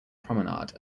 promenade